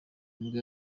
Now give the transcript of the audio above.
nibwo